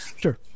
Sure